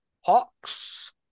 Hawks